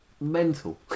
Mental